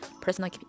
personal